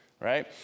right